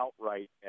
outright